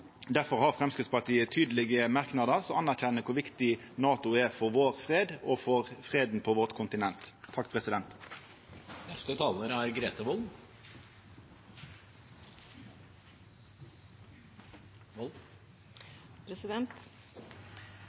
Derfor har Framstegspartiet tydelege merknadar som anerkjenner kor viktig NATO er for vår fred og for freden på vårt kontinent. Det er